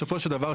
בסופו של דבר,